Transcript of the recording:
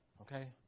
Okay